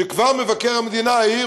שכבר מבקר המדינה העיר,